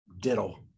diddle